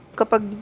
kapag